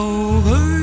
over